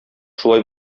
шулай